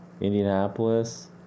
Indianapolis